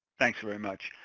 thanks very much.